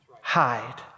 hide